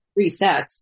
resets